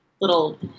little